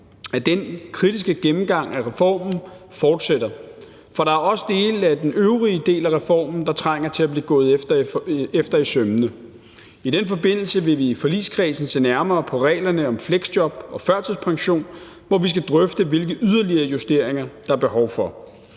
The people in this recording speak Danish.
at den kritiske gennemgang af reformen fortsætter, for der er også dele i den øvrige del af reformen, der trænger til at blive gået efter i sømmene. I den forbindelse vil vi i forligskredsen se nærmere på reglerne om fleksjob og førtidspension, og vi vil drøfte, hvilke yderligere justeringer der er behov for.